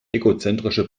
egozentrische